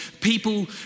people